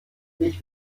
ich